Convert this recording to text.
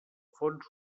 fons